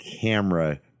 camera